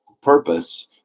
purpose